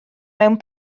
mewn